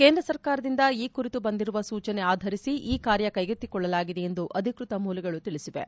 ಕೇಂದ್ರ ಸರ್ಕಾರದಿಂದ ಈ ಕುರಿತು ಬಂದಿರುವ ಸೂಚನೆಯನ್ನು ಆಧರಿಸಿ ಈ ಕಾರ್ಯ ಕೈಗೆತ್ತಿಕೊಳ್ಳಲಾಗಿದೆ ಎಂದು ಅಧಿಕೃತ ಮೂಲಗಳು ತಿಳಿಸಿವೆ